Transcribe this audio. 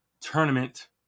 Tournament